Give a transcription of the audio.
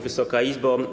Wysoka Izbo!